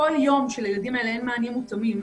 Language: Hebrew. שבכל יום שלילדים אין מענים מותאמים,